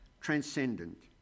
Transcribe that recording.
transcendent